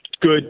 good